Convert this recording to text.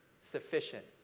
sufficient